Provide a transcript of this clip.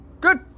Good